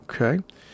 okay